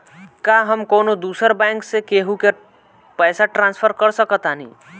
का हम कौनो दूसर बैंक से केहू के पैसा ट्रांसफर कर सकतानी?